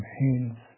hands